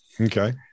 Okay